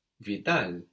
Vital